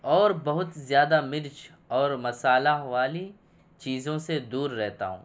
اور بہت زیادہ مرچ اور مسالا والی چیزوں سے دور رہتا ہوں